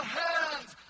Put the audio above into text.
hands